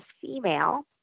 female